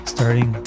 Starting